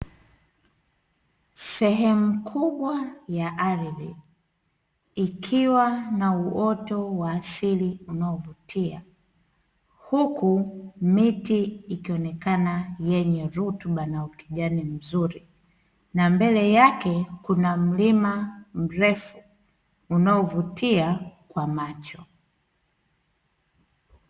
Sehemu kubwa ya ardhi ikiwa na uoto wa asili unaovutia, huku miti ikionekana yenye rutuba na ukijani mzuri na mbele yake kuna mlima mrefu unaovutia kwa macho.